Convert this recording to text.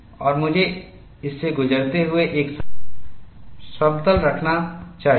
और मुझे इस से गुजरते हुए एक समतल रखना चाहिए